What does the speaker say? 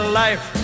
life